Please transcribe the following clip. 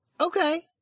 Okay